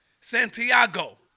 Santiago